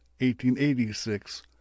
1886